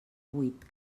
vuit